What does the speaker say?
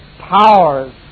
powers